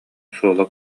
суола